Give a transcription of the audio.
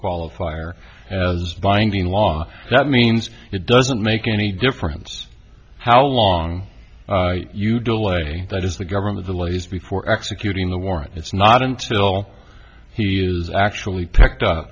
qualifier as binding law that means it doesn't make any difference how long you delay that is the government delays before executing the warrant it's not until he is actually picked up